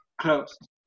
closed